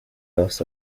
loss